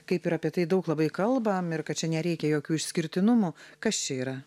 kaip ir apie tai daug labai kalbam ir kad čia nereikia jokių išskirtinumų kas čia yra